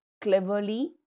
cleverly